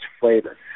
flavor